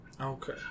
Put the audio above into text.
Okay